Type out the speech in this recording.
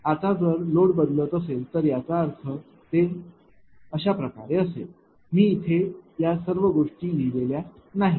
आता जर लोड बदलत असेल तर याचा अर्थ ते अशाप्रकारे असेल मी येथे या सर्व गोष्टी लिहीलेल्या नाहीत